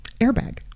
airbag